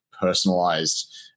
personalized